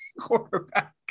quarterback